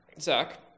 Zach